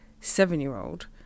seven-year-old